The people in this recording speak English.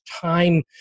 time –